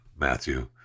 Matthew